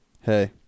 Hey